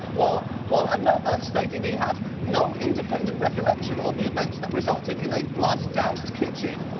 while while another stated he had no independent recollection of the events that resulted in a blood-doused kitchen,